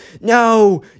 no